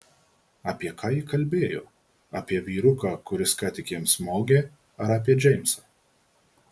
apie ką ji kalbėjo apie vyruką kuris ką tik jam smogė ar apie džeimsą